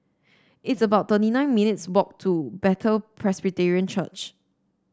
it's about thirty nine minutes' walk to Bethel Presbyterian Church